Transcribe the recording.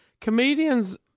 comedians